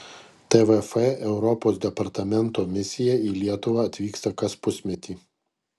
tvf europos departamento misija į lietuvą atvyksta kas pusmetį